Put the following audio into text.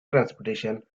transportation